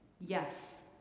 Yes